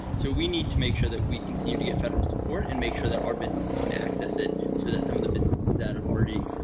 so we need to make sure that we continue to get federal support and make sure that our businesses can access it so that some of the businesses that have already